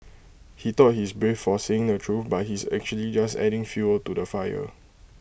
he thought he is brave for saying the truth but he is actually just adding fuel to the fire